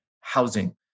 housing